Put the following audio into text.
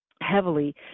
heavily